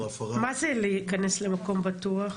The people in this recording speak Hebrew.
ההפרה --- מה זה להיכנס למקום בטוח?